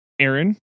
Aaron